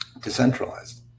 decentralized